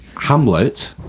hamlet